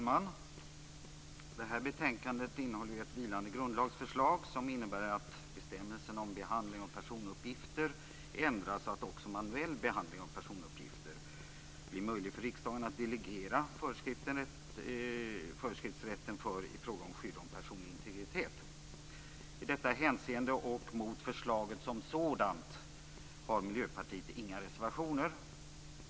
Fru talman! Betänkandet innehåller ett vilande grundlagsförslag som innebär att bestämmelserna om behandling av personuppgifter ändras till att avse också manuell behandling av personuppgifter. Det blir möjligt för riksdagen att delegera föreskriftsrätten i fråga om skydd för personlig integritet. I detta hänseende och mot förslaget som sådant har Miljöpartiet inga reservationer.